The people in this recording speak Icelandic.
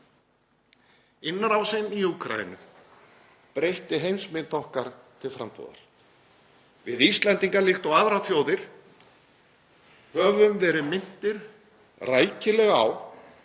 Innrásin í Úkraínu breytti heimsmynd okkar til frambúðar. Við Íslendingar, líkt og aðrar þjóðir, höfum verið minntir rækilega á